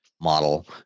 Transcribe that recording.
model